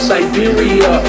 Siberia